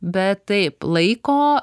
bet taip laiko